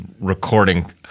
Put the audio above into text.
recording